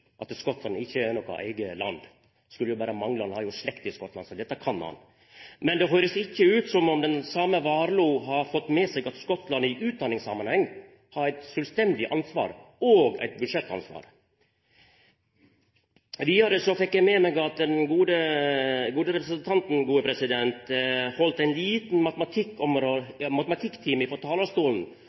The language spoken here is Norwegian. at Skottland ikkje er noko eige land. Det skulle berre mangla! Han har jo slekt i Skottland, så dette kan han. Men det høyrest ikkje ut som om den same Warloe har fått med seg at Skottland i utdanningssamanheng har eit sjølvstendig ansvar og eit budsjettansvar. Vidare fekk eg med meg at den gode representanten heldt ein liten matematikktime frå talarstolen